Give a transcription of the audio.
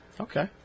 Okay